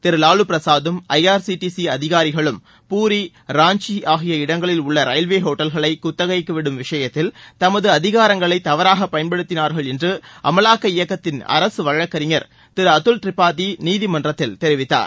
திரு வாலு பிரசாதும் I R C T C அதிகாரிகளும் பூரி ராஞ்சி ஆகிய இடங்களில் உள்ள ரயில்வே ஓட்டல்களை குத்தகைக்கு விடும் விஷயத்தில் தமது அதிகாரங்களை தவறாக பயன்படுத்தினார்கள் என்று அமலாக்க இயக்ககத்தின் அரசு வழக்கறிஞர் திரு அதுல் திரிபாதி நீதிமன்றத்தில் தெரிவித்தார்